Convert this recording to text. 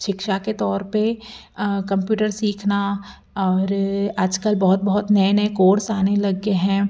सिक्षा के तौर पर कम्प्यूटर सीखना और आज कल बहुत बहुत नए नए कोर्स आने लग गए हैं